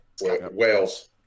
Wales